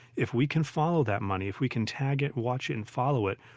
if we can follow that money, if we can tag it, watch it and follow it,